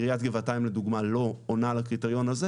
עיריית גבעתיים לדוגמא לא עונה על הקריטריון הזה